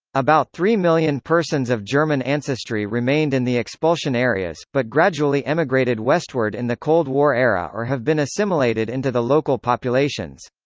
about three million persons of german ancestry remained in the expulsion areas, but gradually emigrated westward in the cold war era or have been assimilated into the local populations.